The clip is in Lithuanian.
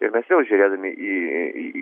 ir mes vėl žiūrėdami į į